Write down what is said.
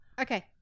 Okay